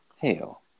Hell